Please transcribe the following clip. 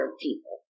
people